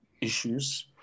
issues